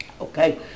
Okay